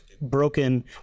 broken